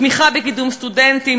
תמיכה בקידום סטודנטים,